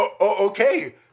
Okay